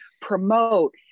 promote